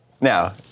Now